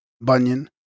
Bunyan